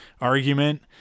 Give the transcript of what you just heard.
argument